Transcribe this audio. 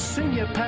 Senior